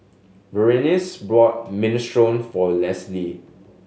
Berenice bought Minestrone for Lesli